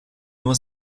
nur